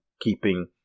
keeping